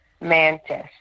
mantis